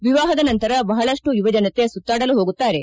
ವಿವಾಹದ ನಂತರ ಬಹಳಷ್ಟು ಯುವಜನತೆ ಸುತ್ತಾಡಲು ಹೋಗುತ್ತಾರೆ